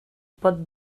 pot